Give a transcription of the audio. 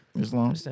Islam